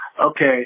Okay